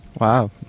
Wow